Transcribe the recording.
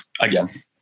again